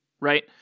right